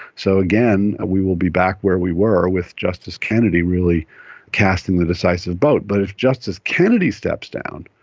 so again, we will be back where we were with justice kennedy really casting the decisive vote. but if justice kennedy steps down,